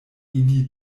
ili